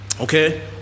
Okay